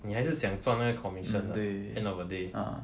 你还是想赚那个 commission [what] at the end of the day